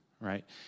right